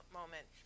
moment